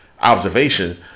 observation